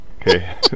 Okay